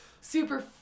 super